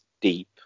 deep